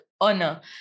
honor